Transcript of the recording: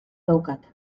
daukat